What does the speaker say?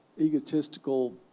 egotistical